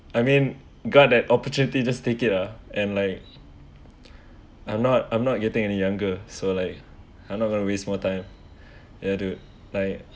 I mean got that opportunity just take it uh and like I'm not I'm not getting any younger so like I'm not gonna waste more time ya dude like